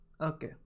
Okay